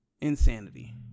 insanity